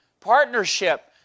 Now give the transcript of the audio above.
Partnership